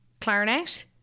Clarinet